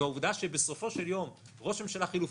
העובדה שבסופו של יום ראש ממשלה חלופי,